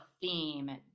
theme